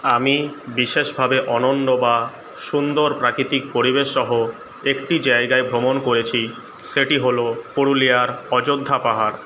আমি বিশেষভাবে অনন্য বা সুন্দর প্রাকৃতিক পরিবেশসহ একটি জায়গায় ভ্রমণ করেছি সেটি হল পুরুলিয়ার অযোধ্যা পাহাড়